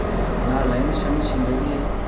ꯑꯗꯨꯒ ꯑꯅꯥ ꯂꯥꯏꯌꯦꯡꯁꯪꯁꯤꯡꯗꯒꯤ